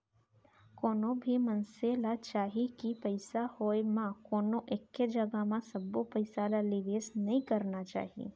कोनो भी मनसे ल चाही के पइसा होय म कोनो एके जघा म सबो पइसा ल निवेस नइ करना चाही